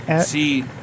See